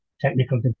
technical